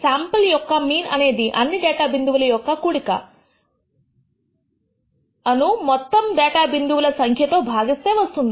sample యొక్క mean అనేది అన్ని డేటా బిందువులు యొక్క కూడిక ను మొత్తం డేటా బిందువుల యొక్క సంఖ్యతో భాగిస్తే వస్తుంది